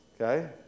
okay